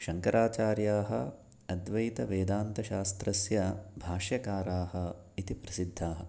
शङ्कराचार्याः अद्वैतवेदान्तशास्त्रस्य भाष्यकाराः इति प्रसिद्धाः